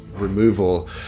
removal